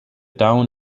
town